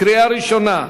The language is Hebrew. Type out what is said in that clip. לקריאה ראשונה.